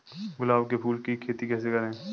गुलाब के फूल की खेती कैसे करें?